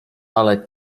ale